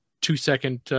two-second